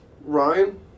Ryan